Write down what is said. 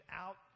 out